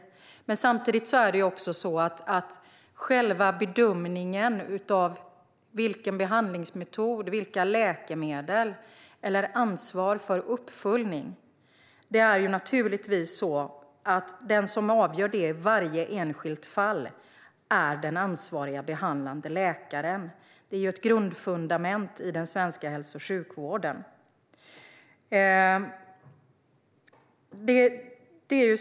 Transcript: Samtidigt är det den ansvariga behandlande läkaren som i varje enskilt fall gör själva bedömningen av vilken behandlingsmetod och vilka läkemedel som ska användas och som ansvarar för uppföljning. Det är ett grundfundament i den svenska hälso och sjukvården.